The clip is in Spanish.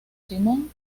simón